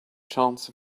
chance